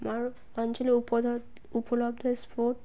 আমার অঞ্চলে উপলব্ধ স্পোর্ট